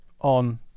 on